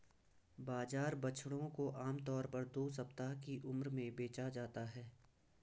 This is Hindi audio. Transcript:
बाजार बछड़ों को आम तौर पर दो सप्ताह की उम्र में बेचा जाता है